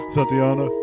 Tatiana